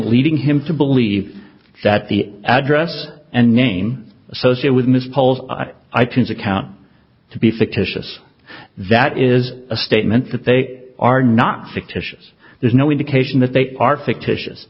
leading him to believe that the address and name associate with missed calls i tunes account to be fictitious that is a statement that they are not fictitious there's no indication that they are fictitious